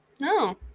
No